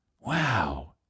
Wow